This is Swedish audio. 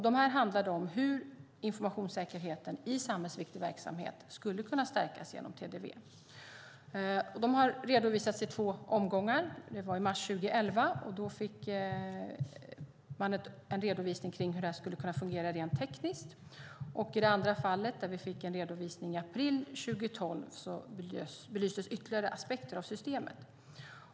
De handlade om hur informationssäkerheten i samhällsviktig verksamhet skulle kunna stärkas genom TDV. Uppdragen har redovisats i två omgångar. Den första redovisningen, i mars 2011, handlade om hur detta skulle kunna fungera rent tekniskt, och vid den andra redovisningen, i april 2012, belystes ytterligare aspekter av systemet.